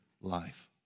life